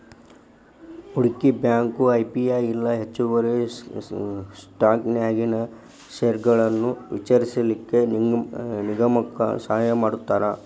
ಹೂಡ್ಕಿ bank IPO ಇಲ್ಲಾ ಹೆಚ್ಚುವರಿ ಸ್ಟಾಕನ್ಯಾಗಿನ್ ಷೇರ್ಗಳನ್ನ ವಿತರಿಸ್ಲಿಕ್ಕೆ ನಿಗಮಕ್ಕ ಸಹಾಯಮಾಡ್ತಾರ